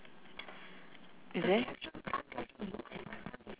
is it